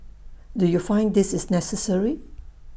do you find this is necessary